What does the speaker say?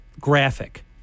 graphic